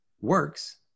works